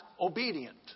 obedient